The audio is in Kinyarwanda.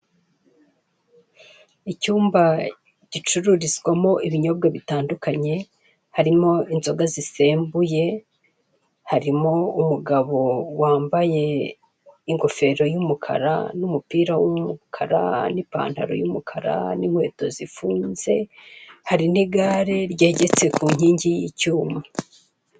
Icyumba gicururizwamo ibinyobwa bitandukanye harimo inzoga zisembuye, harimo umugabo wambaye ingofero y'umukara n'umupira w'umukara, n'ipantaro y'umukara, n'inkweto zifunze hari n'igare ryegetse ku nkingi y'icyuma.